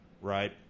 right